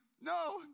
No